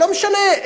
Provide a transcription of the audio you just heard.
לא משנה,